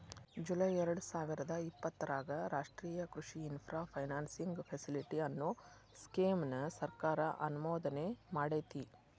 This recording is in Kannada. ಜುಲೈ ಎರ್ಡಸಾವಿರದ ಇಪ್ಪತರಾಗ ರಾಷ್ಟ್ರೇಯ ಕೃಷಿ ಇನ್ಫ್ರಾ ಫೈನಾನ್ಸಿಂಗ್ ಫೆಸಿಲಿಟಿ, ಅನ್ನೋ ಸ್ಕೇಮ್ ನ ಸರ್ಕಾರ ಅನುಮೋದನೆಮಾಡೇತಿ